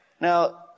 Now